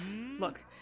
Look